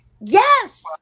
Yes